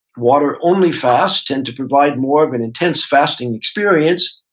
water only fasts tend to provide more of an intense fasting experience.